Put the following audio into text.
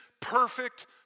perfect